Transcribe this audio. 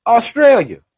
Australia